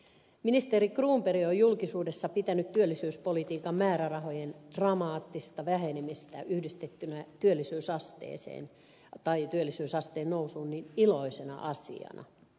ministeri cronberg on julkisuudessa pitänyt työllisyyspolitiikan määrärahojen dramaattista vähenemistä yhdistettynä työllisyysasteen nousuun iloisena asiana